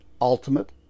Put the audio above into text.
ultimate